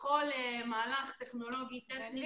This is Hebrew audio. בכל מהלך טכנולוגי-טכני